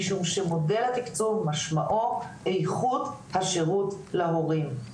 משום שמודל התקצוב משמעו איכות השירות להורים.